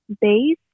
base